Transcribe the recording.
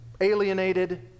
alienated